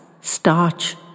starch